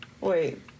Wait